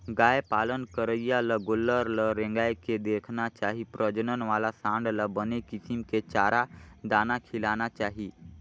गाय पालन करइया ल गोल्लर ल रेंगाय के देखना चाही प्रजनन वाला सांड ल बने किसम के चारा, दाना खिलाना चाही